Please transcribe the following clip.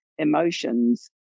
emotions